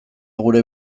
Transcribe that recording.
gure